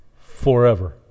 forever